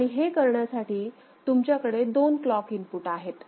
आणि हे करण्यासाठी तुमच्याकडे दोन क्लॉक इनपुट आहेत